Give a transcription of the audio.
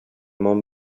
món